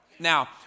Now